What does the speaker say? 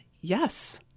yes